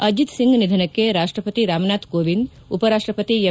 ಅಜಿತ್ ಸಿಂಗ್ ನಿಧನಕ್ಕೆ ರಾಷ್ಟಪತಿ ರಾಮ್ನಾಥ್ ಕೋವಿಂದ್ ಉಪರಾಷ್ಟಪತಿ ಎಂ